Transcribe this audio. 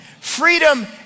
freedom